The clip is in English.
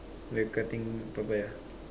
with cutting Papaya